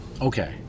Okay